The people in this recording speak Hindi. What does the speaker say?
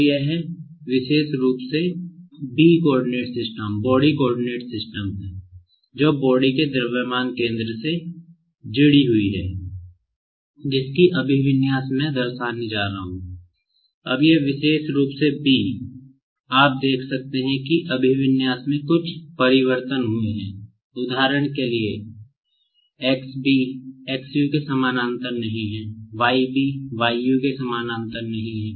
तो इस विशेष U के संबंध में इस B के अभिविन्यास को बदल दिया गया है